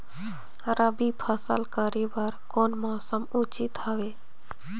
रबी फसल करे बर कोन मौसम उचित हवे?